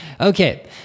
Okay